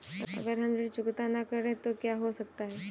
अगर हम ऋण चुकता न करें तो क्या हो सकता है?